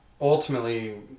ultimately